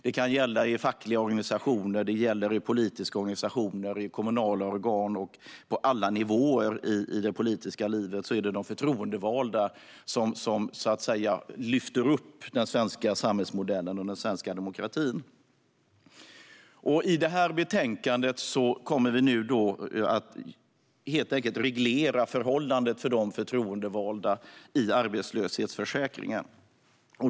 Det kan gälla i fackliga organisationer, i politiska organisationer, i kommunala organ och på alla nivåer i det politiska livet, där det är de förtroendevalda som så att säga lyfter upp den svenska samhällsmodellen och den svenska demokratin. Genom beslut om detta betänkande kommer vi helt enkelt att reglera förhållandet för de förtroendevalda i arbetslöshetsförsäkringen.